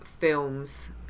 films